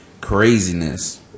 Craziness